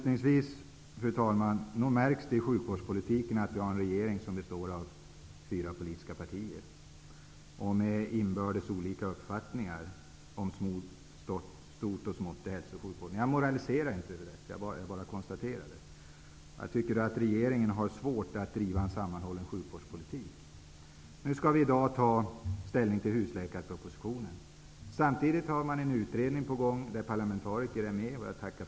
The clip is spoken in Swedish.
Nog märks det i sjukvårdspolitiken att vi har en regering som består av fyra politiska partier som har olika uppfattningar om stort och smått i hälsooch sjukvården. Jag moraliserar inte. Jag bara konstaterar detta. Regeringen har svårt att driva en sammanhållen sjukvårdspolitik. I dag skall vi ta ställning till husläkarpropositionen. Samtidigt är en utredning på gång om hälso och sjukvården år 2000.